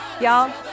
Y'all